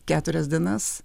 keturias dienas